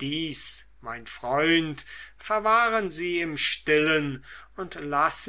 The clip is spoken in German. dies mein freund verwahren sie im stillen und